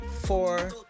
four